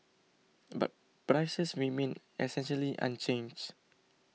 but prices remained essentially unchanged